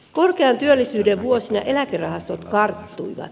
korkean työllisyyden vuosina eläkerahastot karttuivat